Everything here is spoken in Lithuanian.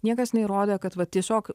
niekas neįrodė kad va tiesiog